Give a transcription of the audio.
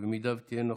אם תהיה נוכחת.